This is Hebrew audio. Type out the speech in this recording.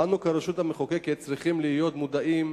אנו כרשות המחוקקת צריכים להיות מודעים